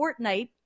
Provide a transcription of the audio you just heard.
Fortnite